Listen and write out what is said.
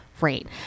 rate